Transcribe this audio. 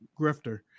grifter